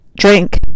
drink